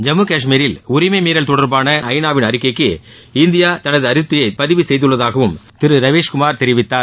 ஜம்மு காஷ்மீரில் உரிமை மீறல் தொடர்பான ஐநாவின் அறிக்கைக்கு இந்தியா தனது அதிருப்தியை பதிவு செய்துள்ளதாகவும் திரு ரவீஸ்குமார் தெரிவித்தார்